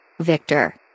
Victor